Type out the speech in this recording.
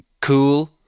cool